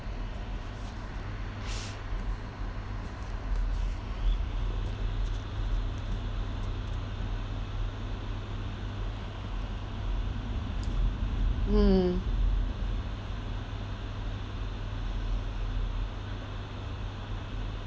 mm